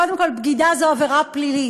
קודם כול, בגידה זו עבירה פלילית.